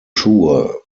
schuhe